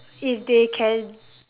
if they can